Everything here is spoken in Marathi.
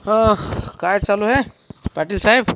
काय चालू आहे पाटीलसाहेब